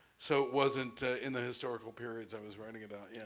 so it wasn't in the historical periods i was write ing about.